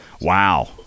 Wow